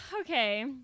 Okay